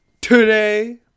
Today